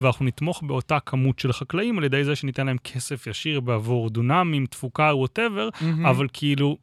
ואנחנו נתמוך באותה כמות של החקלאים על ידי זה שניתן להם כסף ישיר בעבור דונמים, תפוקה, וואטאבר, אבל כאילו...